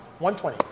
120